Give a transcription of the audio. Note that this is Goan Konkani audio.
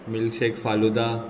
milk shake falooda